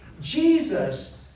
Jesus